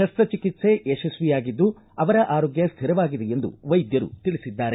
ಶಸ್ತ ಚಿಕಿತ್ಸೆ ಯಶಸ್ವಿಯಾಗಿದ್ದು ಅವರ ಆರೋಗ್ಯ ಸ್ಥಿರವಾಗಿದೆ ಎಂದು ವೈದ್ಯರು ತಿಳಿಸಿದ್ದಾರೆ